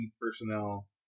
personnel